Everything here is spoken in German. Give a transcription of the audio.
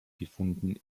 gefunden